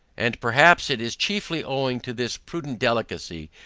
and, perhaps, it is chiefly owing to this prudent delicacy,